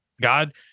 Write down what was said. God